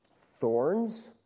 Thorns